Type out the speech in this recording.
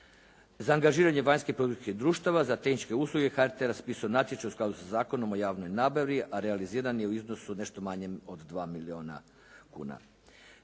Za angažiranje vanjske … društava za tehničke usluge HRT je raspisao natječaj u skladu sa Zakonom o javnoj nabavi, a realiziran je u iznosu od nešto manjem od 2 milijuna kuna.